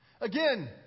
Again